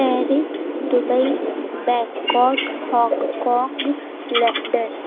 Paris Dubai Bangkok Hong Kong London